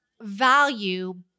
value